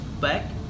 back